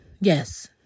Yes